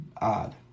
Odd